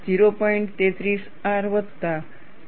33R વત્તા 0